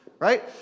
Right